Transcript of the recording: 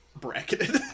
bracketed